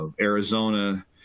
arizona